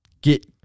get